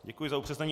Děkuji za upřesnění.